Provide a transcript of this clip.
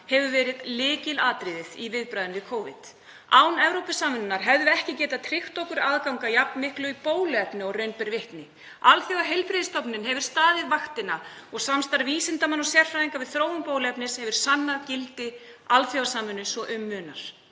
hefur verið lykilatriðið í viðbragðinu við Covid. Án Evrópusamvinnunnar hefðum við ekki getað tryggt okkur aðgang að jafn miklu bóluefni og raun ber vitni. Alþjóðaheilbrigðismálastofnunin hefur staðið vaktina og samstarf vísindamanna og sérfræðinga við þróun bóluefnis hefur sannað gildi alþjóðasamvinnu svo um munar.